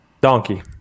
Donkey